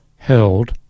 held